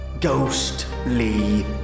ghostly